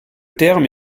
terme